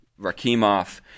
Rakimov